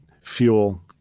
fuel